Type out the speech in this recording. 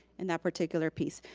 in that particular piece.